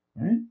Right